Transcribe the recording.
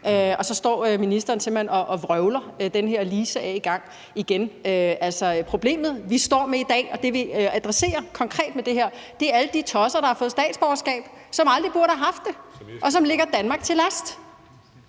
og vrøvler og lirer den her remse af igen. Problemet, vi står med i dag, og det, vi adresserer konkret med det her, er alle de tosser, der har fået statsborgerskab, som aldrig burde have haft det, og som ligger Danmark til last.